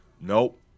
Nope